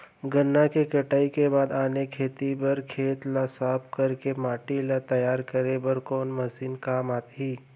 गन्ना के कटाई के बाद आने खेती बर खेत ला साफ कर के माटी ला तैयार करे बर कोन मशीन काम आही?